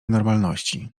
normalności